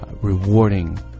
rewarding